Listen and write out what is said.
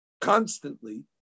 constantly